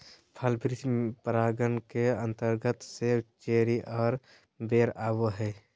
फल वृक्ष परागण के अंतर्गत सेब, चेरी आर बेर आवो हय